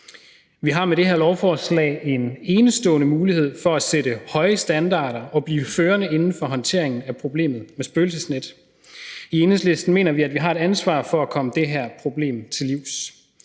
Vi har med det her lovforslag en enestående mulighed for at sætte høje standarder og blive førende inden for håndteringen af problemet med spøgelsesnet. I Enhedslisten mener vi, at vi har et ansvar for at komme det her problem til livs.